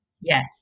Yes